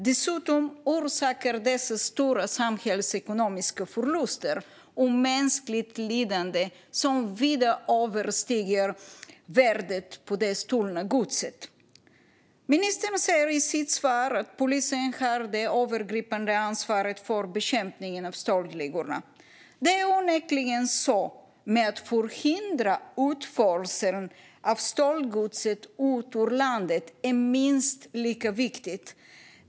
Dessutom orsakar de stora samhällsekonomiska förluster och mänskligt lidande som vida överstiger värdet på det stulna godset. Ministern säger i sitt svar att polisen har det övergripande ansvaret för bekämpningen av stöldligorna. Det är onekligen så, men att förhindra utförseln av stöldgodset från landet är minst lika viktigt.